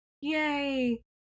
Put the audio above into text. yay